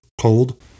cold